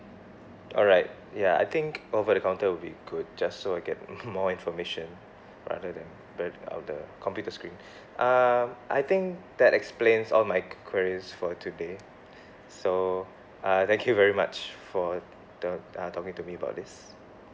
alright ya I think over the counter will be good just so I get more information rather than that out the computer screen um I think that explains all my q~ queries for today so uh thank you very much for the uh talking to me about this